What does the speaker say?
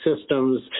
systems